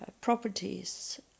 properties